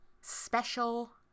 special